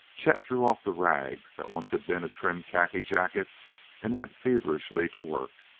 chet threw off the rags that once had been a trim khaki jacket and went feverishly to work.